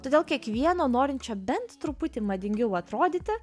todėl kiekvieno norinčio bent truputį madingiau atrodyti